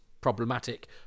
problematic